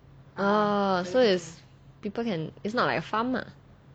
ah so is people can it's not like a farm lah